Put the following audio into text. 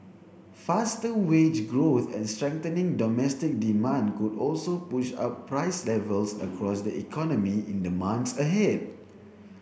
faster wage growth and strengthening domestic demand could also push up price levels across the economy in the months ahead